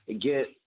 get